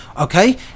okay